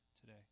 today